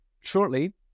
Shortly